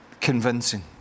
convincing